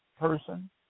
person